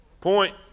Point